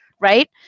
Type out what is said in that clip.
Right